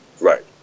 Right